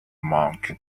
monk